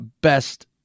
Best